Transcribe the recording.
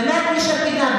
באמת מי שפינה.